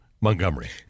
Montgomery